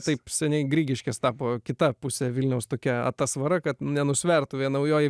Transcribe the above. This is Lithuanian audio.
taip seniai grigiškės tapo kitą pusę vilniaus tokia atsvara kad nenusvertų naujoji